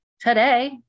today